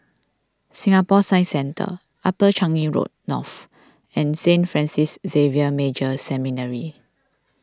Singapore Science Centre Upper Changi Road North and Saint Francis Xavier Major Seminary